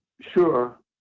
sure